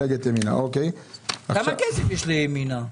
כמה כסף יש לימינה?